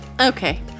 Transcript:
Okay